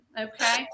okay